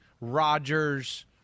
Rodgers